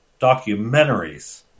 documentaries